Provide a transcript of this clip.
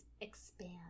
expand